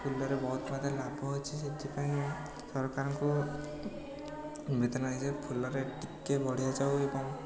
ଫୁଲରେ ବହୁତ ମାତ୍ରାରେ ଲାଭ ଅଛି ସେଥିପାଇଁ ସରକାରଙ୍କୁ ଏମିତି ନାହିଁ ଯେ ଫୁଲରେ ଟିକିଏ ବଢ଼ିଆଯାଉ ଏବଂ